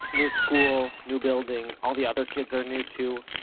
new school, new building, all the other kids are new too.